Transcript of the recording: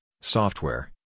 software